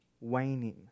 waning